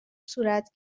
صورت